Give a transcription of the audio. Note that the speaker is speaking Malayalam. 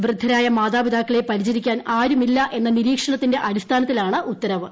വൃദ്ധരായ മാതാപിതാക്കളെ പരിചരിക്കാൻ ആരുമില്ല എന്ന നിരീക്ഷണത്തിന്റെ അടിസ്ഥാനത്തിലാണ് ഉത്തരവ്